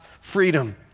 freedom